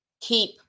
keep